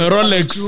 Rolex